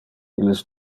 illes